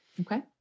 Okay